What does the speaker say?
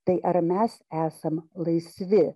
tai ar mes esam laisvi